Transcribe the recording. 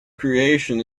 creation